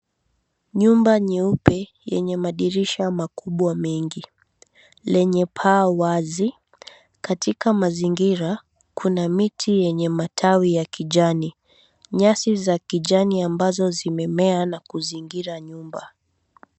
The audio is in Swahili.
Nyumba nyeupe yenye madirisha makubwa mengi, lenye paa wazi. Katika mazingira kuna miti yenye matawi ya kijani. Nyasi za kijani ambazo zimemea na kuzingira nyumba.